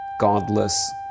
godless